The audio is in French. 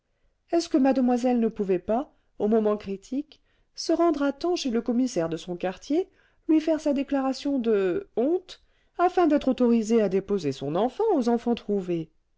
est-ce que mademoiselle ne pouvait pas au moment critique se rendre à temps chez le commissaire de son quartier lui faire sa déclaration de honte afin d'être autorisée à déposer son enfant aux